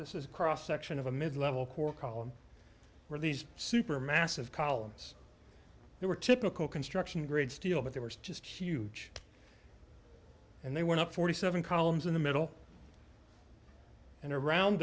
this is a cross section of a mid level core column where these super massive columns they were typical construction grade steel but there was just huge and they went up forty seven columns in the middle and around